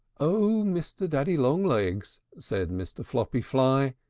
o mr. daddy long-legs! said mr. floppy fly,